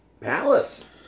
Palace